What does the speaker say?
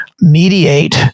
mediate